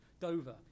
Dover